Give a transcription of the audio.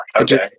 okay